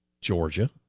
Georgia